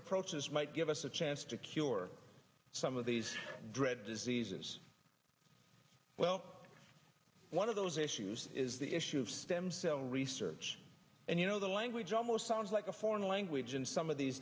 approaches might give us a chance to cure some of these dread diseases well one of those issues is the issue of stem cell research and you know the language almost sounds like a foreign language in some of these